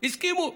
הסכימו.